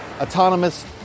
autonomous